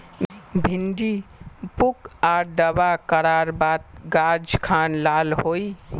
भिन्डी पुक आर दावा करार बात गाज खान लाल होए?